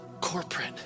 corporate